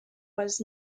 was